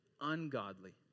ungodly